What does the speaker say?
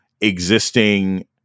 existing